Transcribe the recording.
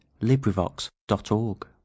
LibriVox.org